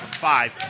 five